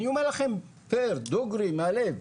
אני אומר לכם דוגרי, מהלב.